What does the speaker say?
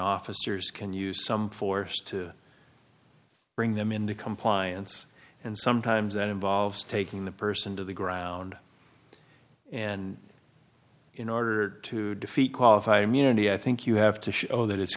officers can use some force to bring them into compliance and sometimes that involves taking the person to the ground and in order to defeat qualified immunity i think you have to show that it's